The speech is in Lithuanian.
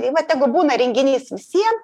tai va tegu būna renginys visiem